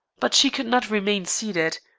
but she could not remain seated.